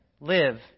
live